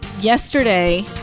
yesterday